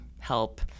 help